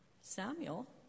Samuel